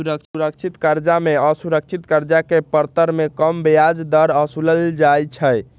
सुरक्षित करजा में असुरक्षित करजा के परतर में कम ब्याज दर असुलल जाइ छइ